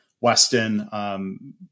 Weston